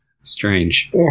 Strange